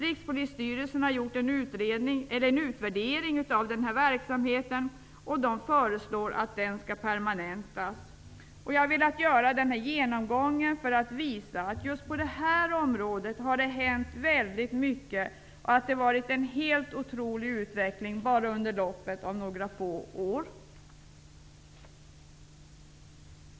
Rikspolisstyrelsen har gjort en utvärdering av den här verksamheten, och man föreslår att den skall permanentas. Jag har velat göra den här genomgången för att visa att det just på det här området har hänt väldigt mycket och att det har skett en helt otrolig utveckling bara under loppet av några få år.